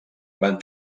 van